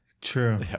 True